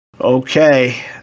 Okay